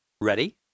Ready